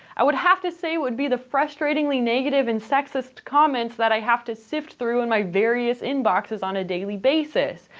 i would have to say it would be the frustratingly negative and sexist comments that i have to sift through in my various inboxes on a daily basis.